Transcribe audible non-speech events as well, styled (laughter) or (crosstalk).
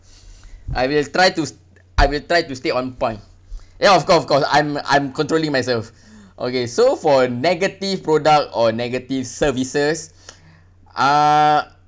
(breath) I will try to I will try to stay on point ya of course of course I'm I'm controlling myself (breath) okay so for negative product or negative services (breath) uh